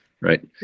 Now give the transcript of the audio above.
right